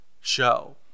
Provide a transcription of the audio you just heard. show